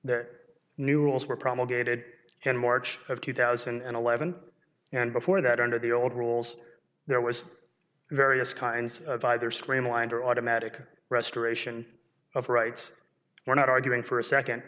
rules were promulgated in march of two thousand and eleven and before that under the old rules there was various kinds of either screen wind or automatic restoration of rights we're not arguing for a second